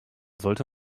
sollte